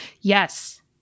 Yes